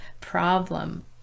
problem